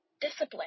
discipline